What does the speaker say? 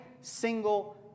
single